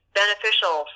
beneficial